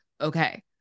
okay